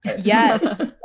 Yes